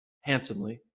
handsomely